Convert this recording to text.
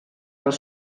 els